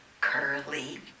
curly